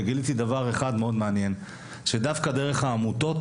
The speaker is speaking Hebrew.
וגיליתי דבר אחד מעניין מאוד: דווקא דרך העמותות